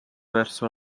verso